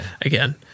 again